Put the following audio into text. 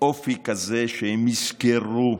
באופן כזה שהם יזכרו,